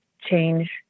change